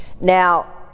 Now